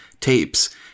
tapes